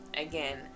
again